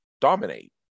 Dominate